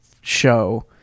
show